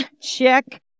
check